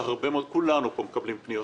כולנו פה מקבלים פניות,